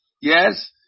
Yes